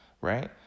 Right